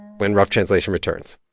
when rough translation returns